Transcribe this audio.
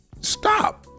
stop